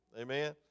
Amen